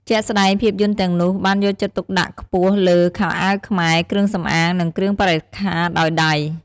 ជាក់ស្ដែង ភាពយន្តទាំងនោះបានយកចិត្តទុកដាក់ខ្ពស់លើ ខោអាវខ្មែរ គ្រឿងសំអាង និងគ្រឿងបរិក្ខារដោយដៃ។